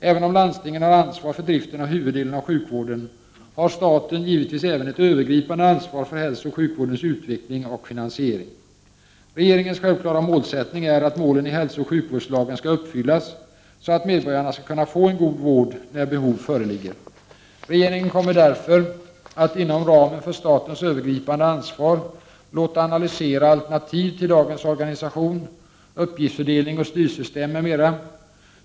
Även om landstingen har ansvar för driften av huvuddelen av sjukvården har staten givetvis även ett övergripande ansvar för hälsooch sjukvårdens utveckling och finansiering. Regeringens självklara målsättning är att målen i hälsooch sjukvårdslagen skall uppfyllas, så att medborgarna skall kunna få en god vård när behov föreligger. Regeringen kommer därför att, inom ramen för statens övergripande ansvar, låta analysera alternativ till dagens organisation, uppgiftsfördelning och styrsystem m.m.